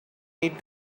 need